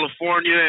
California